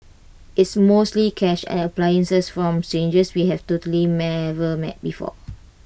it's mostly cash and appliances from strangers we have totally never met before